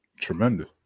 Tremendous